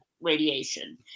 radiation